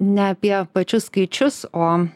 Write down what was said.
ne apie pačius skaičius o